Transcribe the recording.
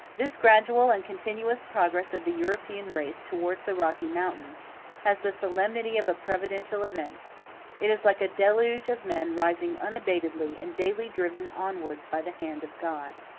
this gradual and continuous progress of the european race towards the rocky mountains has the solemnity of a providential event it is like a deluge of men rising unabatedly, and daily driven onwards by the hand of god.